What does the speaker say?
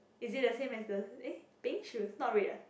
is it the same as the eh pink shoes not red ah